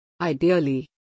Ideally